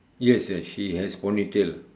yes yes she has ponytail